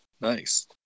Nice